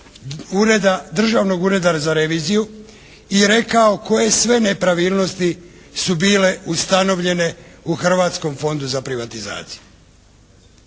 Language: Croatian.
Državnog ureda za reviziju i rekao koje sve nepravilnosti su bile ustanovljene u Hrvatskom fondu za privatizaciju